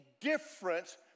difference